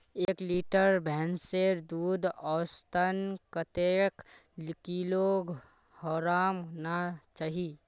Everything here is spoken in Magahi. एक लीटर भैंसेर दूध औसतन कतेक किलोग्होराम ना चही?